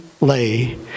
lay